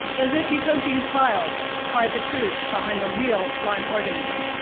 is it because these files hide the truth behind the real lyme organism?